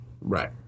Right